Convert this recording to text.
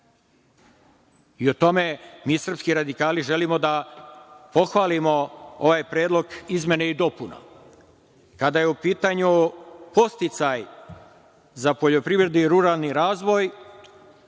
I o tome, mi srpski radikali, želimo da pohvalimo ovaj predlog izmene i dopuna. Kada je u pitanju podsticaj za poljoprivredni i ruralni razvoj,